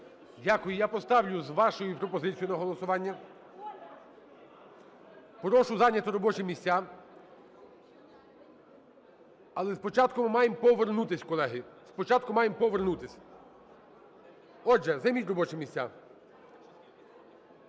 Дякую. Я поставлю з вашою пропозицією на голосування. Прошу зайняти робочі місця. Але спочатку ми маємо повернутись, колеги. Спочатку маємо повернутись. Отже, займіть робочі місця.